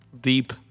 Deep